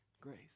Grace